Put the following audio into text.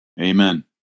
Amen